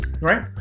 right